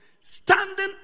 standing